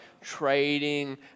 trading